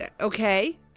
Okay